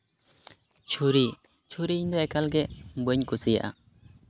ᱪᱷᱩᱨᱤ ᱪᱷᱩᱨᱤ ᱤᱧᱫᱚ ᱮᱠᱟᱞᱜᱮ ᱵᱟᱹᱧ ᱠᱩᱥᱤᱭᱟᱜᱼᱟ